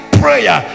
prayer